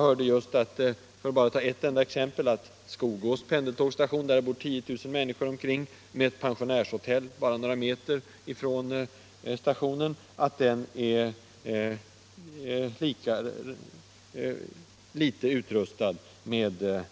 För att ta ytterligare bara ett exempel kan jag nämna att Skogås station, där det bor omkring 10 000 människor och där det finns ett pensionärshotell bara några meter från stationen, är nästan lika dåligt utrustad med anordningar